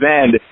end